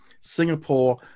Singapore